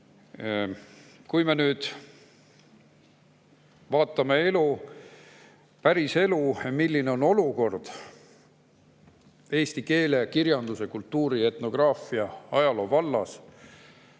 me nüüd vaatame elu, päriselu, milline on olukord eesti keele, kirjanduse, kultuuri, etnograafia ja ajaloo vallas,